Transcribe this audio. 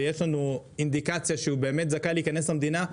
ויש לנו אינדיקציה שהוא באמת זכאי להיכנס למדינה,